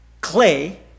clay